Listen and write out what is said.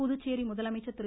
புதுச்சேரி முதலமைச்சர் திரு